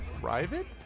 private